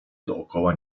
dookoła